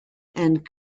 and